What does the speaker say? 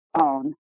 own